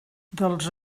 dels